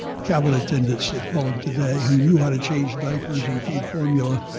cabin attendants they call em today, who knew how to change diapers and feed formula,